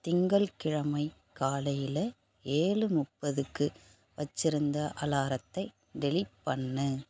திங்கள்கிழமை காலையில் ஏழு முப்பதுக்கு வச்சி இருந்த அலாரத்தை டெலீட் பண்ணு